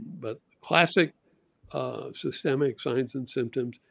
but classic systemic signs and symptoms.